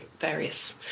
various